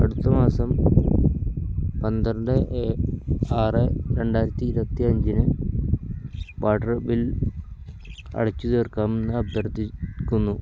അടുത്ത മാസം പന്ത്രണ്ട് ആറ് രണ്ടായിരത്തി ഇരുപത്തിയഞ്ചിന് വാട്ടർ ബിൽ അടച്ച് തീർക്കാമെന്ന് അഭ്യർഥിക്കുന്നു